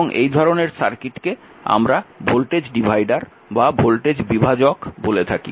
এবং এই ধরনের সার্কিটকে আমরা ভোল্টেজ বিভাজক বলে থাকি